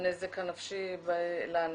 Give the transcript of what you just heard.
הנזק הנפשי לאנשים,